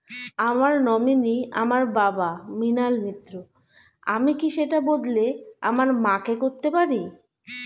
আমার নমিনি আমার বাবা, মৃণাল মিত্র, আমি কি সেটা বদলে আমার মা কে করতে পারি?